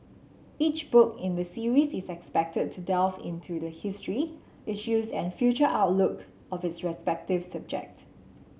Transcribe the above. each book in the series is expected to delve into the history issues and future outlook of its respective subject